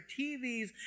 TVs